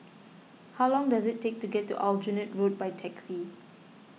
how long does it take to get to Aljunied Road by taxi